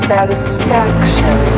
Satisfaction